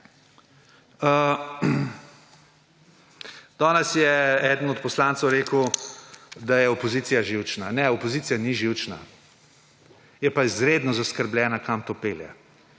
Danes je eden od poslancev rekel, da je opozicija živčna. Ne opozicija ni živčna je pa izredno zaskrbljena kam to pelje,